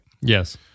yes